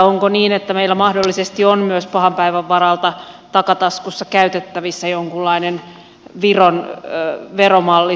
onko niin että meillä mahdollisesti on myös pahan päivän varalta takataskussa käytettävissä jonkunlainen viron veromalli sovellettuna